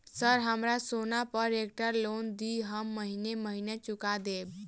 Sir हमरा सोना पर एकटा लोन दिऽ हम महीने महीने चुका देब?